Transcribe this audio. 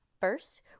First